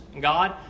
God